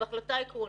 עם החלטה עקרונית,